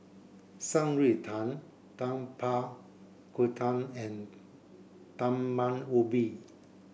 Shan Rui Tang Tapak Kuda and Talam Ubi